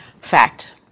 Fact